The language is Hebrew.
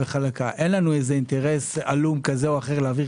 אין לנו אינטרס עלום כזה או אחר להעביר